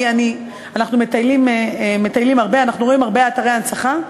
אנחנו מטיילים הרבה, אנחנו רואים הרבה אתרי הנצחה,